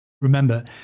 Remember